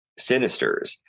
Sinisters